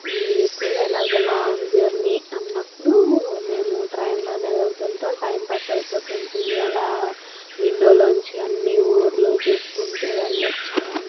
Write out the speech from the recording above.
ఎక్కువగా ఇలాగా long journey అన్నప్పుడు మేము ట్రైన్ లోనే వెళ్తుంటాం టైం పాస్ అయిపోతుంటుంది అలా విండోలోంచి అన్ని ఊర్లు చూసుకుంటూ వెళ్ళొచ్చు అని